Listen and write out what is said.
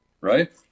Right